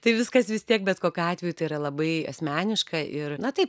tai viskas vis tiek bet kokiu atveju tai yra labai asmeniška ir na tai